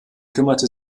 kümmerte